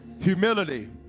Humility